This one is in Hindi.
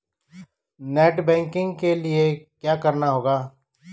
नेट बैंकिंग के लिए क्या करना होगा?